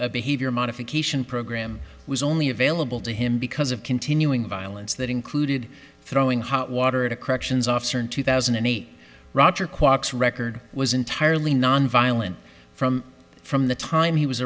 a behavior modification program was only available to him because of continuing violence that included throwing hot water at a corrections officer in two thousand and eight roger quark's record was entirely nonviolent from from the time he was